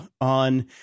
on